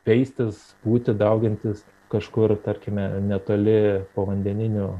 veistis būti daugintis kažkur tarkime netoli povandeninių